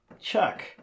Chuck